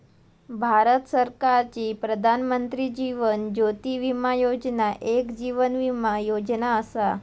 भारत सरकारची प्रधानमंत्री जीवन ज्योती विमा योजना एक जीवन विमा योजना असा